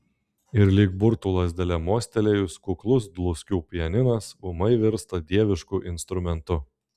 ir lyg burtų lazdele mostelėjus kuklus dluskių pianinas ūmai virsta dievišku instrumentu